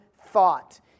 thought